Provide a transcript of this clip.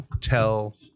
tell